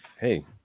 Hey